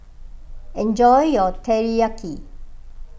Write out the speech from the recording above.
enjoy your Teriyaki